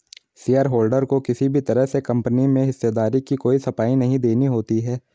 shareholder को किसी भी तरह से कम्पनी में हिस्सेदारी की कोई सफाई नहीं देनी होती है